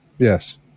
yes